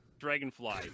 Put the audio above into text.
dragonfly